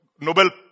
Nobel